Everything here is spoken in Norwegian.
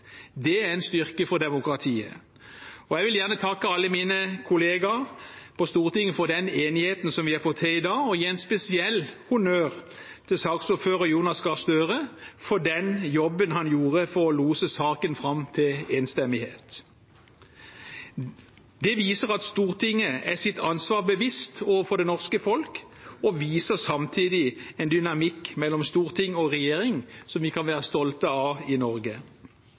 Det er en styrke for demokratiet. Jeg vil gjerne takke alle mine kollegaer på Stortinget for den enigheten som vi har fått til i dag, og gi en spesiell honnør til saksordfører Jonas Gahr Støre for den jobben han gjorde for å lose saken fram til enstemmighet. Det viser at Stortinget er seg sitt ansvar bevisst overfor det norske folk, og viser samtidig en dynamikk mellom storting og regjering som vi kan være stolte av i Norge.